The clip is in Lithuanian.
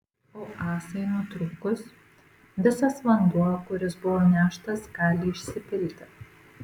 o ąsai nutrūkus visas vanduo kuris buvo neštas gali išsipilti